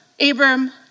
Abram